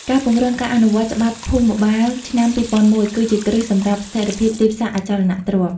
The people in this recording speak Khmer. ការពង្រឹងការអនុវត្តច្បាប់ភូមិបាលឆ្នាំ ២០០១ គឺជាគ្រឹះសម្រាប់ស្ថិរភាពទីផ្សារអចលនទ្រព្យ។